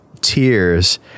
tears